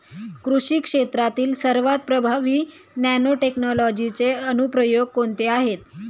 कृषी क्षेत्रातील सर्वात प्रभावी नॅनोटेक्नॉलॉजीचे अनुप्रयोग कोणते आहेत?